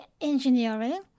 engineering